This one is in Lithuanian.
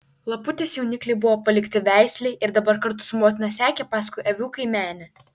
laputės jaunikliai buvo palikti veislei ir dabar kartu su motina sekė paskui avių kaimenę